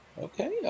okay